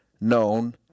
known